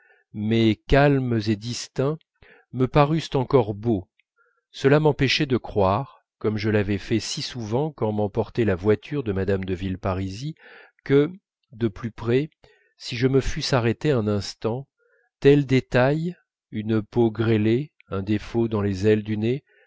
mais calmes et distincts me parussent encore beaux cela m'empêchait de croire comme je l'avais fait si souvent quand m'emportait la voiture de mme de villeparisis que de plus près si je me fusse arrêté un instant tels détails une peau grêlée un défaut dans les ailes du nez